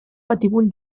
batibull